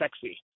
sexy